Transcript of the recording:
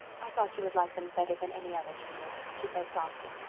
i thought you would like them better than any others, dear, she said softly.